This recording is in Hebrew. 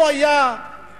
אם הוא היה משמעותי,